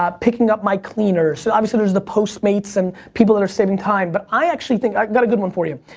ah picking up my cleaners. obviously there's the postmates and people that are saving time, but i actually think, i got a good one for you.